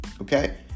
Okay